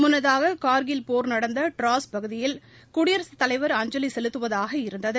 முன்னதாக கார்கில் போர் நடந்த ட்டிராஸ் பகுதியில் குடியரசுத் தலைவர் அஞ்சலி செலுத்துவதாக இருந்தது